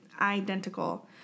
identical